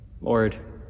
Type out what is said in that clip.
Lord